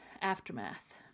Aftermath